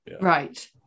Right